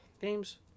games